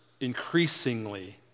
increasingly